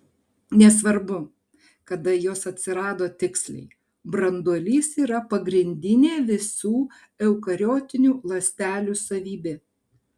nesvarbu kada jos atsirado tiksliai branduolys yra pagrindinė visų eukariotinių ląstelių savybė